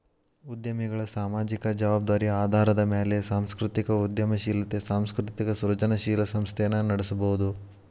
ಉದ್ಯಮಿಗಳ ಸಾಮಾಜಿಕ ಜವಾಬ್ದಾರಿ ಆಧಾರದ ಮ್ಯಾಲೆ ಸಾಂಸ್ಕೃತಿಕ ಉದ್ಯಮಶೇಲತೆ ಸಾಂಸ್ಕೃತಿಕ ಸೃಜನಶೇಲ ಸಂಸ್ಥೆನ ನಡಸಬೋದು